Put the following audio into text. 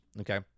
okay